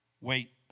Wait